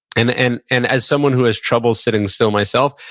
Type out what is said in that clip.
and and and as someone who has trouble sitting still myself,